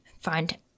find